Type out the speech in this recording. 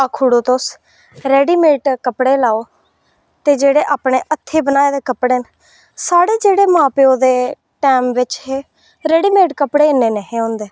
आक्खी ओड़ो तुस रेडीमेड कपड़े लाई ओड़ो तुस ते जेह्ड़े अपने हत्थें बनाए दे कपड़े न साढ़े जेह्ड़े मां प्योऽ दे टैम बिच हे रेडीमेड कपड़े इन्ने नेहें होंदे